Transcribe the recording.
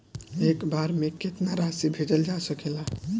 एक बार में केतना राशि भेजल जा सकेला?